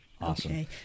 Awesome